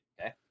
Okay